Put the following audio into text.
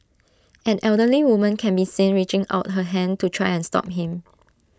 an elderly woman can be seen reaching out her hand to try and stop him